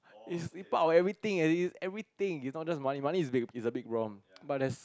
it's it put our everything it's everything it's not just money money is big is a big problem but there's